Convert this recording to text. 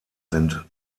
sind